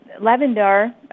Lavendar